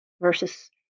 versus